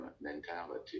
mentality